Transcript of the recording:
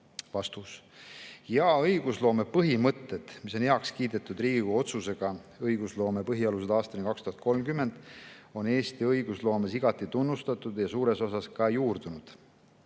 Hea õigusloome põhimõtted, mis on heaks kiidetud Riigikogu otsusega "Õigusloome põhialused aastani 2030", on Eesti õigusloomes igati tunnustatud ja suures osas ka juurdunud.